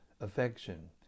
affection